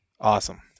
Awesome